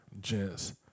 gents